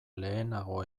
lehenago